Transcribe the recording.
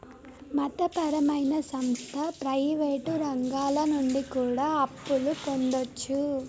మత పరమైన సంస్థ ప్రయివేటు రంగాల నుండి కూడా అప్పులు పొందొచ్చు